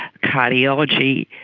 cardiology,